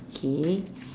okay